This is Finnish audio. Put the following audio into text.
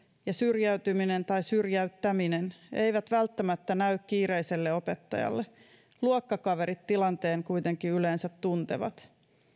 ja syrjäytyminen tai syrjäyttäminen eivät välttämättä näy kiireiselle opettajalle luokkakaverit tilanteen kuitenkin yleensä tuntevat